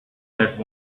that